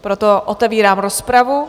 Proto otevírám rozpravu.